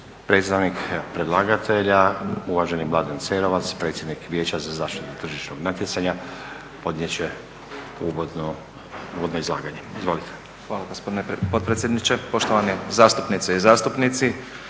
Predstavnik predlagatelja uvaženi Mladen Cerovac, predsjednik Vijeća za zaštitu tržišnog natjecanja podnijet će uvodno izlaganje. Izvolite. **Cerovac, Mladen** Hvala gospodine potpredsjedniče. Poštovane zastupnice i zastupnici.